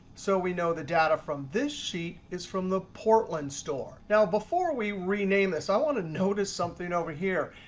so we know the data from this sheet is from the portland store. now before we rename this, i want to notice something over here.